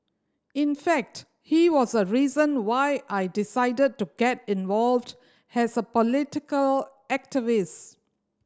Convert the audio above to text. in fact he was a reason why I decided to get involved as a political activist